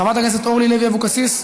חברת הכנסת אורלי לוי אבקסיס,